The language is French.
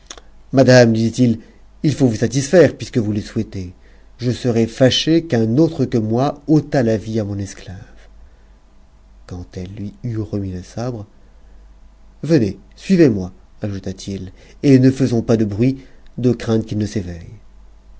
madame lui dit-il il faut vous satisfaire puisque vous le souhaitez jeserais fâché qu'un autre que moi ôtât la vie à mon esclave quand elle lui eut remis le sabre venez suivez-moi ajouta-t-il et ne faisons pas de bruit de crainte qu'il ne s'éveille